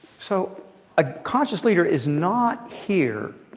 so a conscious leader is not here